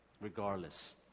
regardless